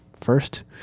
First